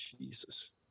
Jesus